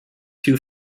too